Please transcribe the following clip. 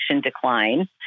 decline